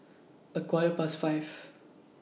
A Quarter Past five